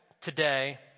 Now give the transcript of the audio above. today